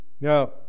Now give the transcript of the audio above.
Now